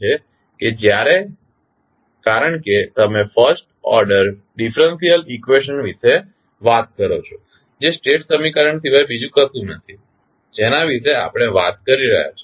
કારણ કે જ્યારે તમે ફસ્ટ ઓર્ડર ડિફરન્સલ ઇક્વેશન વિશે વાત કરો છો જે સ્ટેટ સમીકરણ સિવાય બીજું કશું નથી જેના વિશે આપણે વાત કરી રહ્યા છીએ